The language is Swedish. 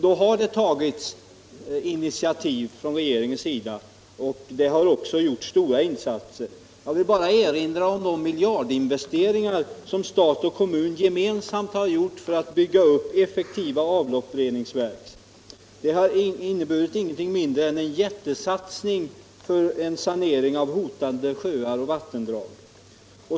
Där har det tagits initiativ från regeringens sida, och det har också gjorts stora insatser. Jag vill bara erinra om de miljardinvesteringar som stat och kommun gemensamt gjort för att bygga upp effektiva avloppsreningsverk. Det har inneburit ingenting mindre än en jättesatsning för sanering av hotade sjöar och vattendrag.